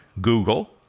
Google